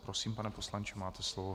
Prosím, pane poslanče, máte slovo.